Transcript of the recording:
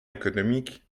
économiques